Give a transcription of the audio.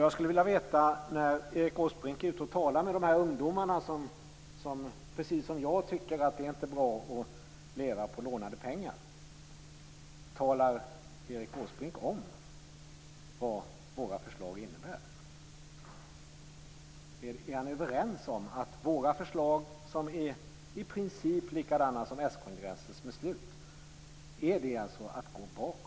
Jag skulle vilja veta om Erik Åsbrink, när han är ute och talar med de ungdomar som precis som jag tycker att det inte är bra att leva på lånade pengar, talar om vad våra förslag innebär. Är han överens med utskottet om att våra förslag, som är i princip likadana som s-kongressens beslut, innebär att vi går bakåt?